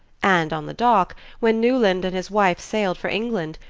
and on the dock, when newland and his wife sailed for england,